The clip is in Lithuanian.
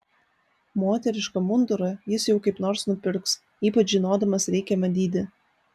moterišką mundurą jis jau kaip nors nupirks ypač žinodamas reikiamą dydį